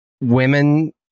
women